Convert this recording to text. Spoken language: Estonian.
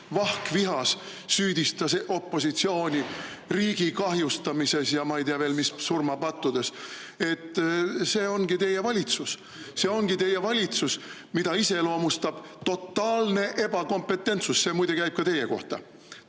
vahkvihas! – süüdistas opositsiooni riigi kahjustamises ja ma ei tea veel mis surmapattudes. See ongi teie valitsus! See ongi teie valitsus, mida iseloomustab totaalne ebakompetentsus. See muide käib ka teie kohta!